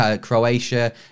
Croatia